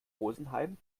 rosenheim